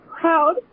proud